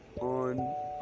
on